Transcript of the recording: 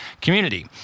community